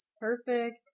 Perfect